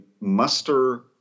muster